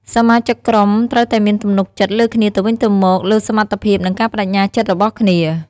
សមាជិកក្រុមត្រូវតែមានទំនុកចិត្តលើគ្នាទៅវិញទៅមកលើសមត្ថភាព និងការប្តេជ្ញាចិត្តរបស់គ្នា។